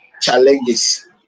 challenges